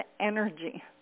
energy